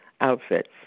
outfits